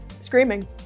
Screaming